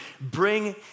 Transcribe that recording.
bring